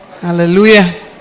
Hallelujah